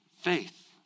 faith